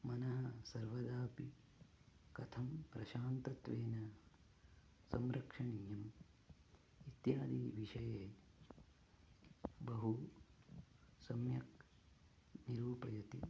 मनः सर्वदापि कथं प्रशान्तत्वेन संरक्षणीयम् इत्यादि विषये बहु सम्यक् निरूपयति